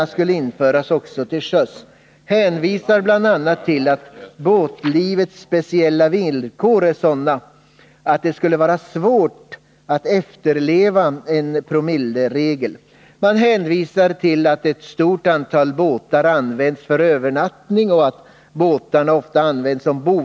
hänvisar bl.a. till att båtlivets speciella villkor är sådana att det skulle vara Nr 139 svårt att efterleva en promilleregel. Man hänvisar till att ett stort antal båtar Onsdagen den används för övernattning och att båtarna ofta används som bostad.